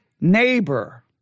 neighbor